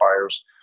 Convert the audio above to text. buyers